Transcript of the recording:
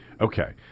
Okay